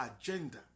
agenda